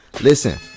listen